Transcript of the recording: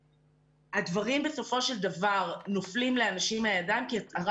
הדברים בסופו של דבר נופלים לאנשים מהידיים כי כל